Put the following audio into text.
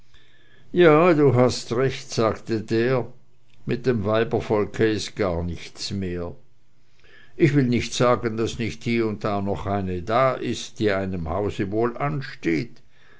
ja du hast recht sagte der mit dem weibervolk ist gar nichts mehr ich will nicht sagen daß nicht hie und da noch eine ist die einem hause wohl ansteht